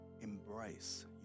embrace